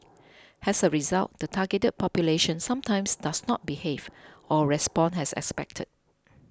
as a result the targeted population sometimes does not behave or respond as expected